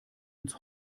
ins